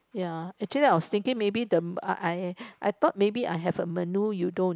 ya actually I was thinking maybe the I I I thought maybe I have a menu you don't